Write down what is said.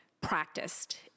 practiced